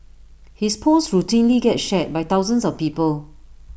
his posts routinely get shared by thousands of people